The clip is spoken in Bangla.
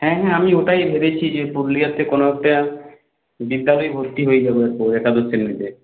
হ্যাঁ হ্যাঁ আমি ওটাই ভেবেছি যে পুরুলিয়াতে কোনো একটা বিদ্যালয়ে ভর্তি হয়ে যাব এরপর একাদশ শ্রেণীতে